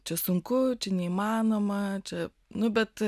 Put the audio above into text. čia sunku čia neįmanoma čia nu bet